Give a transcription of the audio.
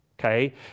okay